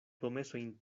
promesojn